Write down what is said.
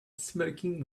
smoking